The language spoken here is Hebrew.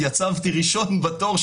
התייצבתי ראשון בתור,